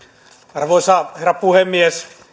arvoisa herra puhemies